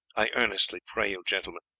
i earnestly pray you, gentlemen,